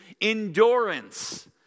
endurance